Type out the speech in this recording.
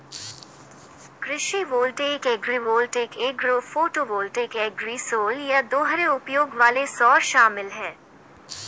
कृषि वोल्टेइक में agrivoltaic agro photovoltaic agrisol या दोहरे उपयोग वाले सौर शामिल है